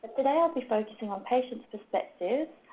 today i'll be focusing on patient perspectives,